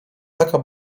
taka